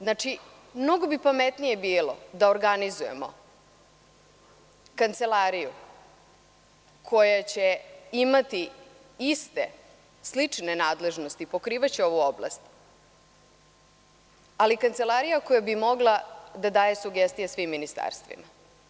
Znači, mnogo bi pametnije bilo da organizujemo kancelariju koja će imati iste, slične nadležnosti, pokrivaće ovu oblast, ali kancelariju koja bi mogla da daje sugestije svim ministarstvima.